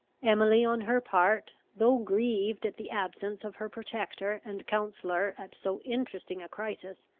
emily, on her part, though grieved at the absence of her protector and counsellor at so interesting a crisis,